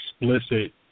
explicit